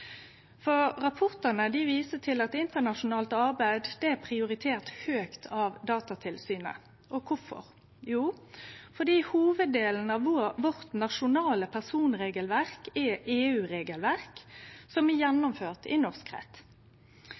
viser til at internasjonalt arbeid er prioritert høgt av Datatilsynet. Kvifor? Jo, fordi hovuddelen av vårt nasjonale personregelverk er EU-regelverk som er gjennomført i norsk rett.